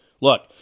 Look